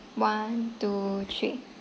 one two three